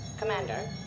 Commander